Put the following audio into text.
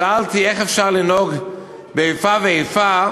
שאלתי, איך אפשר לנהוג איפה ואיפה,